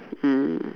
mm